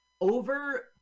Over